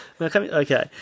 Okay